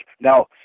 Now